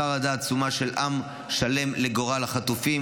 חרדה עצומה של עם שלם לגורל החטופים.